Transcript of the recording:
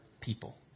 people